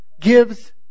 gives